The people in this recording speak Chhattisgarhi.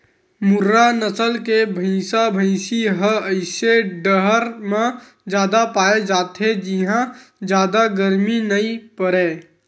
मुर्रा नसल के भइसा भइसी ह अइसे ठउर म जादा पाए जाथे जिंहा जादा गरमी नइ परय